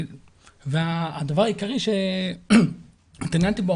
הדבר העיקרי שהתעניינתי בו,